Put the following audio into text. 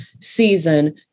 season